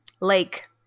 Lake